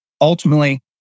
ultimately